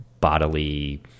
bodily